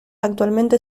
actualmente